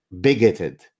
bigoted